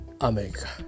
America